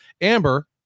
Amber